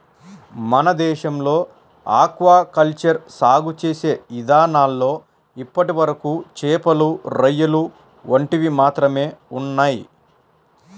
మన దేశంలో aquaculture సాగు చేసే ఇదానాల్లో ఇప్పటివరకు చేపలు, రొయ్యలు వంటివి మాత్రమే ఉన్నయ్